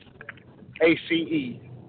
A-C-E